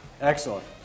Excellent